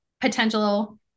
potential